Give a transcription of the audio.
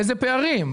אילו פערים?